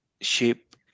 shape